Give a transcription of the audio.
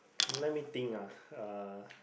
let me think ah uh